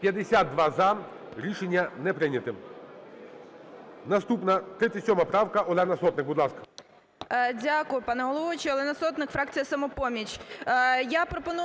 За-52 Рішення не прийнято. Наступна - 37 правка. Олена Сотник, будь ласка.